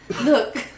Look